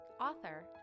author